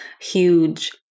huge